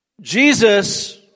Jesus